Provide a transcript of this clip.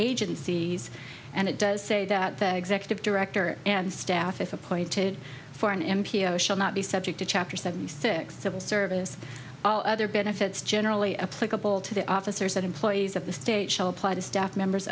agencies and it does say that the executive director and staff appointed for an m p o shall not be subject to chapter seventy six civil service all other better it's generally a plausible to the officers that employees of the state shall apply to staff members